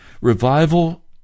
Revival